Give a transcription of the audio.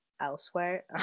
elsewhere